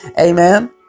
Amen